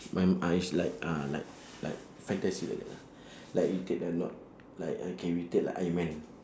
when ah is like ah like like fantastic like that like we take the not like okay we take like iron man